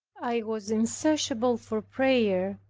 i was insatiable for prayer.